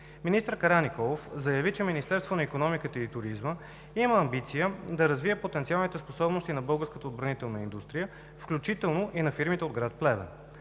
Министър Караниколов заяви, че Министерството на икономиката и туризма има амбиция да развие потенциалните способности на българската отбранителна индустрия, включително и на фирмите от град Плевен.